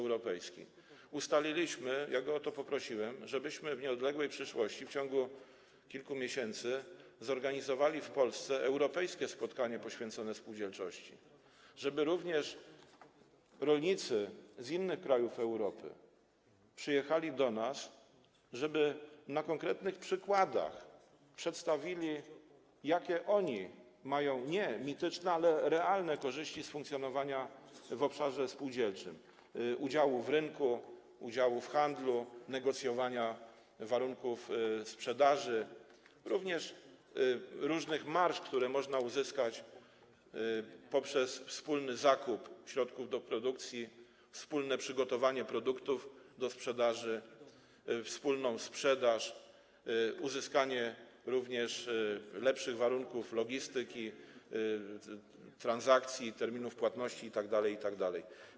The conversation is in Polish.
Ustaliliśmy - ja go o to poprosiłem - żebyśmy w nieodległej przyszłości w ciągu kilku miesięcy zorganizowali w Polsce europejskie spotkanie poświęcone spółdzielczości, żeby również rolnicy z innych krajów Europy przyjechali do nas, żeby na konkretnych przykładach przedstawili, jakie oni mają nie mityczne, ale realne korzyści z funkcjonowania w obszarze spółdzielczym, z udziału w rynku, udziału w handlu, negocjowania warunków sprzedaży, również różnych marż, które można uzyskać poprzez wspólny zakup środków produkcji, wspólne przygotowanie produktów do sprzedaży, wspólną sprzedaż, uzyskanie również lepszych warunków logistyki, transakcji, terminów płatności itd.